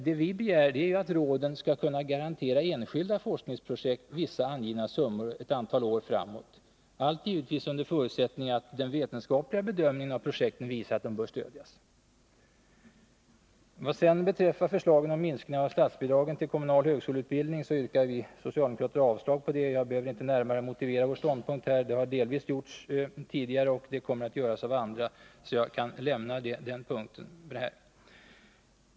Det vi begär är att råden skall kunna garantera enskilda forskningsprojekt vissa angivna summor för ett antal år framåt, allt givetvis under förutsättning att den vetenskapliga bedömningen av projekten visar att de bör stödas. Vad sedan beträffar förslaget om minskning av statsbidraget till kommunal högskoleutbildning yrkar vi socialdemokrater avslag på detta. Jag behöver inte närmare motivera vår ståndpunkt här. Det har delvis gjorts tidigare och kommer att göras av andra, och jag kan därför lämna den punkten.